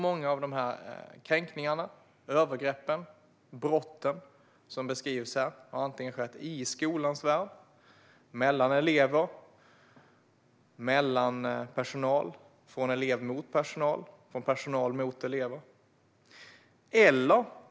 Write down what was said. Många av kränkningarna, övergreppen och brotten som beskrivs har skett i skolans värld - mellan elever, mellan personal, från elev mot personal eller från personal mot elev.